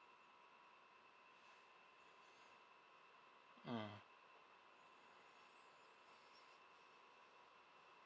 mm